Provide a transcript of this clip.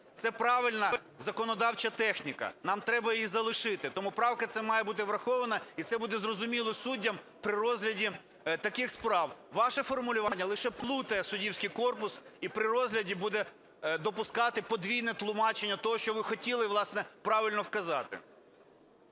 це правильна законодавча техніка, нам треба її залишити. Тому правка ця має бути врахована, і це буде зрозуміло суддям при розгляді таких справ. Ваше формулювання лише плутає суддівський корпус і при розгляді буде допускати подвійне тлумачення того, що ви хотіли власне правильно вказати.